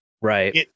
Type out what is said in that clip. right